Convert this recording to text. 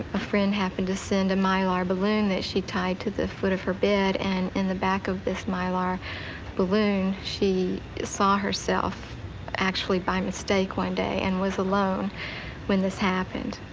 a friend happened to send a mylar balloon that she tied to the foot of her bed, and in the back of this mylar balloon, she saw herself actually by mistake one day and was alone when this happened.